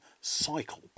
cycle